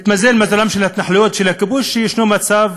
התמזל מזלם של ההתנחלויות, של הכיבוש, שישנו מצב